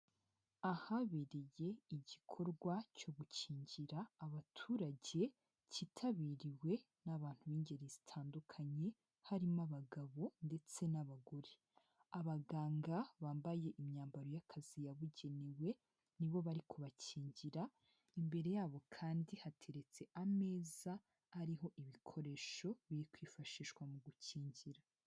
Ahabereye igikorwa cyo gukingira abaturage cyitabiriwe n'abantu b'ingeri zitandukanye harimo abagabo ndetse n'abagore, abaganga bambaye imyambaro y'akazi yabugenewe ni bo bari kubakingira, imbere yabo kandi hateretse ameza ariho ibikoresho biri kwifashishwa mu gukingira.